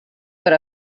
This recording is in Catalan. per